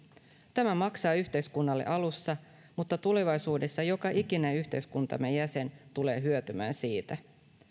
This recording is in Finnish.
tämä maksaa yhteiskunnalle alussa mutta tulevaisuudessa joka ikinen yhteiskuntamme jäsen tulee hyötymään siitä